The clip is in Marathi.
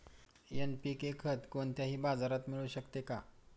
एन.पी.के खत कोणत्याही बाजारात मिळू शकते का?